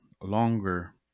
longer